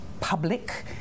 public